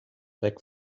back